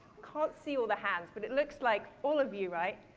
can't see all the hands, but it looks like all of you, right?